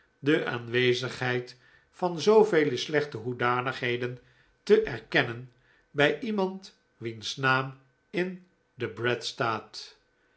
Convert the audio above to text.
de aanwezigheid van zoovele slechte hoedanigheden te erkennen bij iemand wiens naam in debrett staat